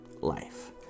life